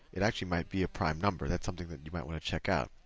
it actually might be a prime number. that's something that you might want to check out.